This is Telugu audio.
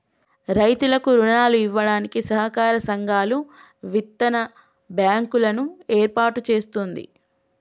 రైతులకు రుణాలు ఇవ్వడానికి సహకార సంఘాలు, విత్తన బ్యాంకు లను ఏర్పాటు చేస్తుంది